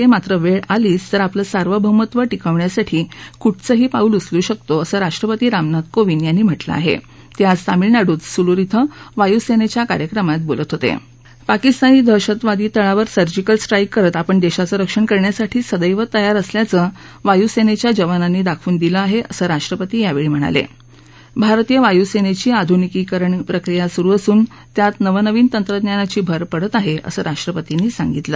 ज्ञात्र वळीआलीच तर आपलं सार्वभौमत्व टिकवण्यासाठी कुठचंही पाऊल उचलू शकतो असं राष्ट्रपती रामनाथ कोविंद यांनी म्हटलं आह बिआिज तामिळनाडूत सुलूर डें वायुसत्तिचा कार्यक्रमात बोलत होत प्राकिस्तानी दहशतवादी तळावर सर्जिकल स्ट्राईक करत आपण दक्षीचं रक्षण करण्यासाठी सदैव तयार असल्याचं वायुसत्ताच्या जवानांनी दाखवून दिलं आह असं राष्ट्रपती यावरी म्हणाला आरतीय वायू सत्त्वी आधुनिकीकरण प्रक्रिया सुरु असून त्यात नवनवीन तंत्रज्ञानाची भर पडत आहा असं राष्ट्रपतींनी सांगितलं